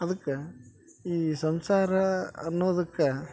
ಅದ್ಕೆ ಈ ಸಂಸಾರ ಅನ್ನೋದಕ್ಕೆ